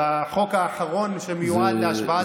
בחוק האחרון שמיועד להשבעת הממשלה.